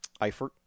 Eifert